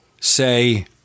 say